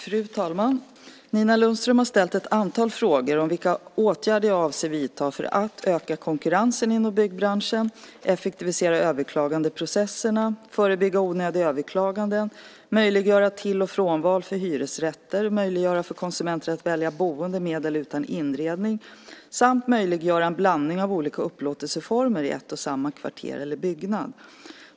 Fru talman! Nina Lundström har ställt ett antal frågor om vilka åtgärder jag avser att vidta för att öka konkurrensen inom byggbranschen, effektivisera överklagandeprocesserna, förebygga onödiga överklaganden, möjliggöra till och frånval för hyresrätter, möjliggöra för konsumenter att välja boende med eller utan inredning samt möjliggöra en blandning av olika upplåtelseformer i ett och samma kvarter eller en och samma byggnad.